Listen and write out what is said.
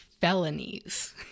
felonies